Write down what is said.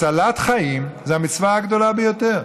הצלת חיים זה המצווה הגדולה ביותר,